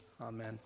Amen